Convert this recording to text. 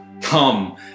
come